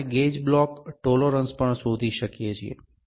આપણે gauge block tolerance પણ શોધી શકીએ છીએ